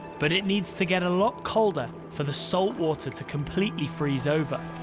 but it needs to get a lot colder for the salt water to completely freeze over.